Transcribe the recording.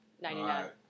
Ninety-nine